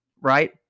right